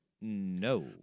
no